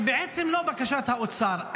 בעצם, לא בקשת האוצר -- אין בקשה של האוצר.